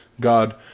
God